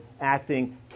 acting